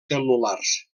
cel·lulars